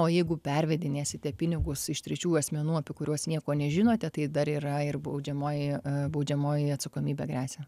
o jeigu pervedinėsite pinigus iš trečių asmenų apie kuriuos nieko nežinote tai dar yra ir baudžiamoji baudžiamoji atsakomybė gresia